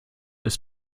ist